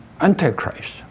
Antichrist